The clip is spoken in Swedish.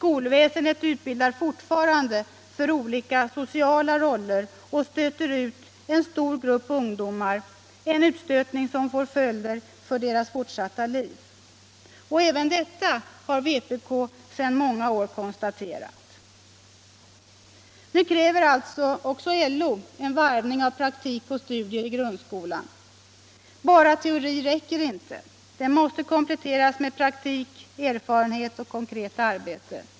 Skolväsendet utbildar fortfarande för olika sociala roller och stöter —— SL oo utenstorgrupp ungdomar, en utstötning som får följder för deras fortsatta Skolans inre arbete tiv.” m.m. Även detta har vpk sedan många år konstaterat. Nu kräver alltså även LO en varvning av praktik och studier i grundskolan: Bara teori räcker inte. Den måste kompletteras med praktik, erfarenhet och konkret arbete.